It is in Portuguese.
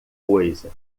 coisa